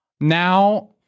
now